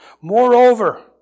Moreover